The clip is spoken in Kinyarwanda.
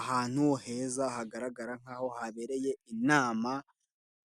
Ahantu heza hagaragara nkaho habereye inama